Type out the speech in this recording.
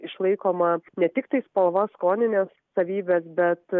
išlaikoma ne tik tai spalva skoninės savybės bet